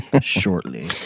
shortly